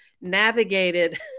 navigated